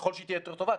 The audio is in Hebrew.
ככל שהיא תהיה יותר טובה,